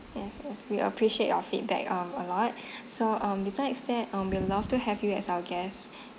yes yes we appreciate your feedback um a lot so um besides that um we'd love to have you as our guest